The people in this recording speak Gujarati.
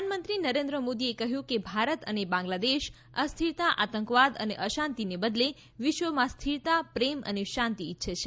પ્રધાનમંત્રી નરેન્દ્ર મોદીએ કહ્યું કે ભારત અને બાંગ્લાદેશ અસ્થિરતા આતંકવાદ અને અશાંતિને બદલે વિશ્વમાં સ્થિરતા પ્રેમ અને શાંતિ ઇચ્છે છે